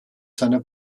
seiner